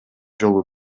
жолу